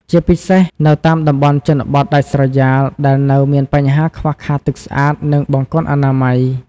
ជាពិសេសនៅតាមតំបន់ជនបទដាច់ស្រយាលដែលនៅមានបញ្ហាខ្វះខាតទឹកស្អាត និងបង្គន់អនាម័យ។